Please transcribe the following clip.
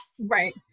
Right